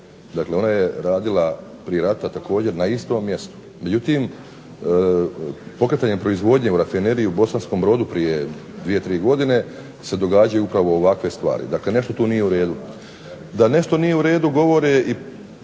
Dakle, ona je radila prije rata također na istom mjestu. Međutim pokretanjem proizvodnje u rafineriju u Bosanskom Brodu prije 2, 3 godine se događaju upravo ovakve stvari. Dakle, nešto tu nije u redu. Da nešto nije u redu govore i